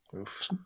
Oof